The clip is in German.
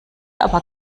aber